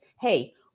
Hey